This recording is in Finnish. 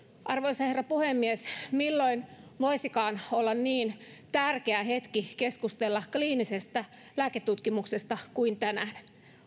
arvoisa herra puhemies milloin voisikaan olla niin tärkeä hetki keskustella kliinisestä lääketutkimuksesta kuin tänään